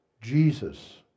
Jesus